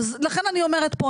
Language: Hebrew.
לכן אני אומרת פה,